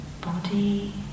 body